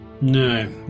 no